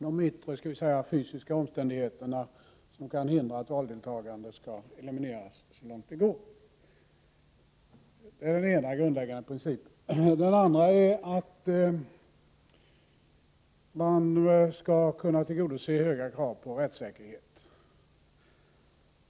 De fysiska omständigheter som kan hindra valdeltagande skall elimineras så långt det går. Den andra grundläggande principen är att höga krav på rättssäkerhet skall kunna tillgodoses.